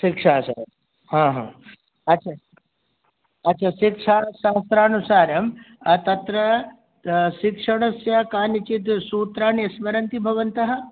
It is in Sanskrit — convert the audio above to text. शिक्षाचार्य हा हा अच्छा अच्छा अच्छा सिक्षाशास्त्रानुसारं तत्र शिक्षणस्य कानिचित् सूत्राणि स्मरन्ति भवन्तः